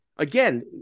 Again